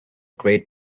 great